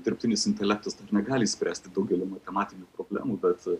dirbtinis intelektas negali išspręsti daugelį matematinių problemų bet